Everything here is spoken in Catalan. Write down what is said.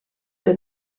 que